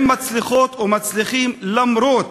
הם מצליחות ומצליחים למרות